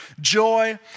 joy